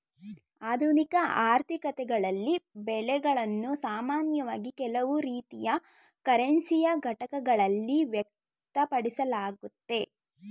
ಆಧುನಿಕ ಆರ್ಥಿಕತೆಗಳಲ್ಲಿ ಬೆಲೆಗಳನ್ನು ಸಾಮಾನ್ಯವಾಗಿ ಕೆಲವು ರೀತಿಯ ಕರೆನ್ಸಿಯ ಘಟಕಗಳಲ್ಲಿ ವ್ಯಕ್ತಪಡಿಸಲಾಗುತ್ತೆ